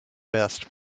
best